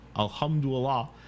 Alhamdulillah